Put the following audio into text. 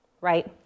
right